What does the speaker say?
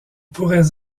pourraient